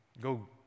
go